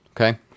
Okay